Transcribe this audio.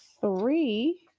three